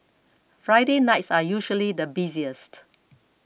Friday nights are usually the busiest